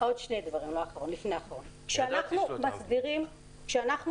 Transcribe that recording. יש לי